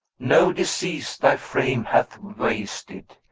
no disease thy frame hath wasted.